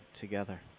together